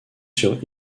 sur